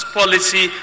policy